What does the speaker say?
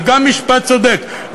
וגם משפט צודק.